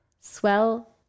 swell